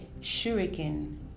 shuriken